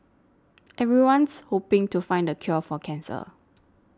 everyone's hoping to find the cure for cancer